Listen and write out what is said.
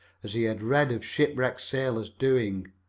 as he had read of shipwrecked sailors doing.